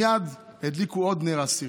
מייד הדליקו עוד נר עשירי.